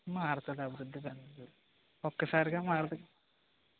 మారుతుంది అభివృద్ధిగా ఒక్కసారిగా మారదు